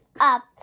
up